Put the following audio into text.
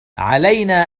علينا